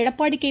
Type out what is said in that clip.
Edappadi K